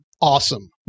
awesome